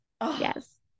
Yes